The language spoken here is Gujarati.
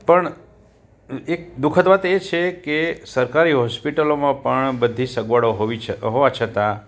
પણ એક દુખદ વાત એ છેકે સરકારી હોસ્પિટલોમાં પણ બધી સગવડો હોવી છતાં હોવા છતાં